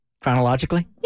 Chronologically